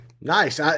Nice